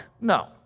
No